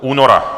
Února?